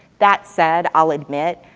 that said, i'll admit,